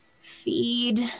feed